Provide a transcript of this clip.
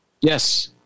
Yes